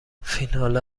فینال